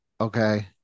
Okay